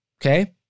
okay